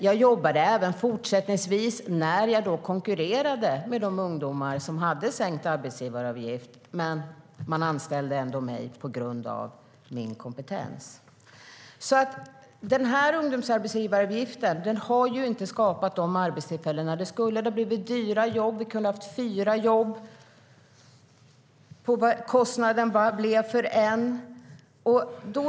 Jag jobbade även fortsättningsvis när jag konkurrerade med ungdomar som hade sänkt arbetsgivaravgift. Men man anställde ändå mig på grund av min kompetens. Ungdomsarbetsgivaravgiften har alltså inte skapat dessa arbetstillfällen. Det skulle ha blivit dyra jobb. Vi skulle ha kunnat skapa fyra jobb till kostnaden för ett sådant jobb.